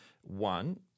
one